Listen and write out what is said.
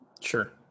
Sure